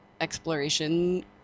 exploration